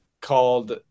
called